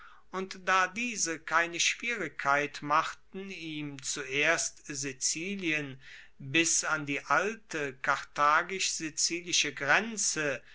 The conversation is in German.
und da diese keine schwierigkeit machten ihm zuerst sizilien bis an die alte karthagisch sizilische grenze